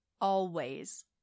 always